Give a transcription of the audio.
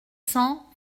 cent